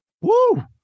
Woo